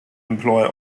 employ